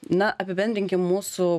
na apibendrinkim mūsų